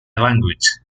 language